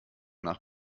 nach